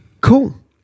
Cool